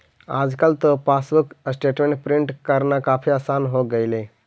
आजकल तो passbook statement print करना काफी आसान हो गईल